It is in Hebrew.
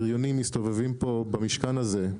בריונים מסתובבים פה במשכן הזה,